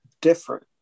different